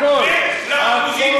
הכול.